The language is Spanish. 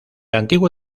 antiguo